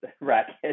racket